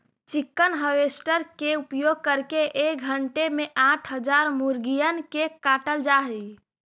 chicken harvester के उपयोग करके एक घण्टे में आठ हजार मुर्गिअन के काटल जा हई